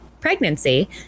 pregnancy